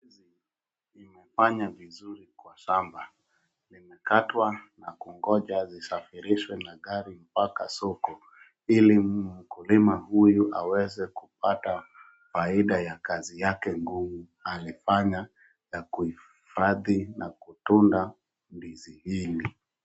Imefanya vizuri kwa shamba ,imekatwa kugoja isafirishwa na gari mpaka soko ili mkulima huyu haweze kupata faida ya kazi yake ngumu alifanya kuhifadhi na kutunda ndizi hili.